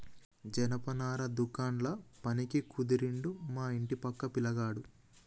జనపనార దుకాండ్ల పనికి కుదిరిండు మా ఇంటి పక్క పిలగాడు